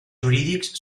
jurídics